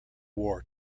war